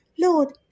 Lord